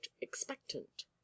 expectant